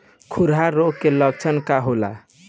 खुरहा रोग के लक्षण का होला?